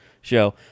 show